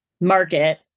market